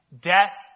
death